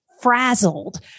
frazzled